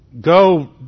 go